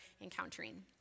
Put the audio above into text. encountering